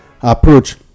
approach